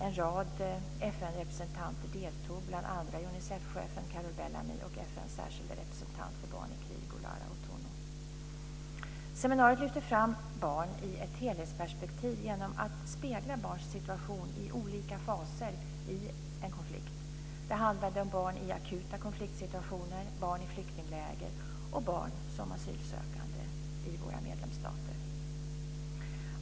En rad FN-representanter deltog, bl.a. Unicefchefen Carol Bellamy och FN:s särskilde representant för barn i krig, Olara Otunnu. Seminariet lyfte fram barn i ett helhetsperspektiv genom att spegla barns situation i olika faser i en konflikt. Det handlade om barn i akuta konfliktsituationer, barn i flyktingläger och barn som asylsökande i våra medlemsstater.